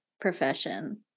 profession